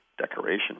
decoration